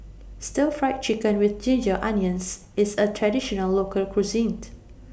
Stir Fried Chicken with Ginger Onions IS A Traditional Local Cuisine